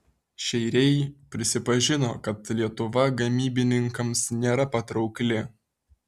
šeiriai prisipažino kad lietuva gamybininkams nėra patraukli